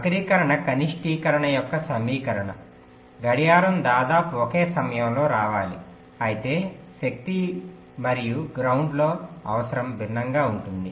వక్రీకరణ కనిష్టీకరణ యొక్క సమీకరణ గడియారం దాదాపు ఒకే సమయంలో రావాలి అయితే శక్తి మరియు గ్రౌండ్ లో అవసరం భిన్నంగా ఉంటుంది